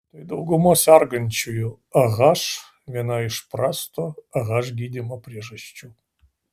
tai daugumos sergančiųjų ah viena iš prasto ah gydymo priežasčių